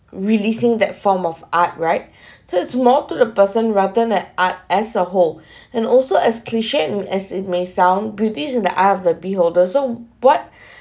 releasing that form of art right so it's more to the person rather than art as a whole and also as cliche um as it may sound beauty is in the eye of the beholder so what